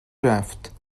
رفت